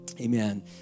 Amen